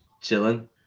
Chilling